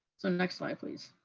so next slide, please.